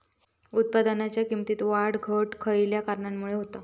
उत्पादनाच्या किमतीत वाढ घट खयल्या कारणामुळे होता?